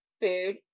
food